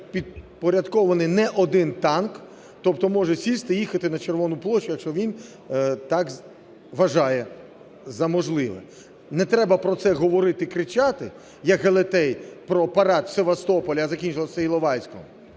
Йому підпорядкований не один танк. Тобто можуть сісти, їхати на Червону площу, якщо він так вважає за можливе. Не треба про це говорити, кричати як Гелетей про парад в Севастополі, а закінчилося все Іловайськом,